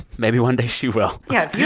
maybe one day she will yeah. if you